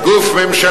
כל גוף ממשלתי,